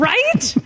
Right